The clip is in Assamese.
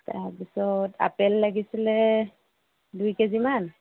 তাৰ পিছত আপেল লাগিছিল দুই কেজি মান